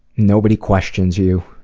nobody questions you